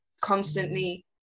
constantly